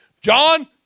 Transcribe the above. John